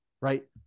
right